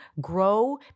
grow